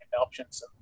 options